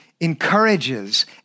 encourages